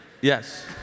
Yes